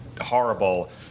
horrible